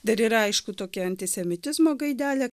dar ir aišku tokia antisemitizmo gaidelė